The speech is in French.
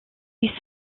ils